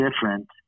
different